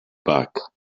back